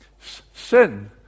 sin